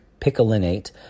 picolinate